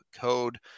code